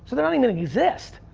so, they don't even exist.